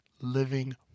living